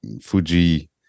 Fuji